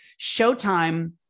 Showtime